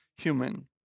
human